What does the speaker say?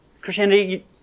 Christianity